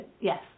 Yes